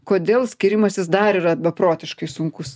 kodėl skyrimasis dar yra beprotiškai sunkus